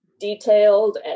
detailed